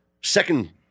second